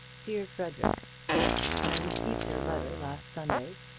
dear frederic i received your letter last sunday,